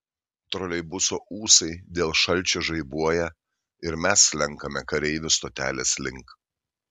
troleibuso ūsai dėl šalčio žaibuoja ir mes slenkame kareivių stotelės link